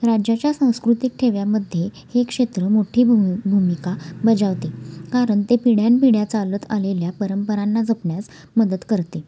राज्याच्या सांस्कृतिक ठेव्यामध्ये हे क्षेत्र मोठी भू भूमिका बजावते कारण ते पिढ्यानपिढ्या चालत आलेल्या परंपरांना जपण्यास मदत करते